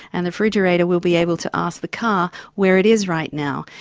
and the refrigerator will be able to ask the car where it is right now.